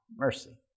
mercy